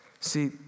See